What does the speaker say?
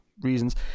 reasons